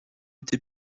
été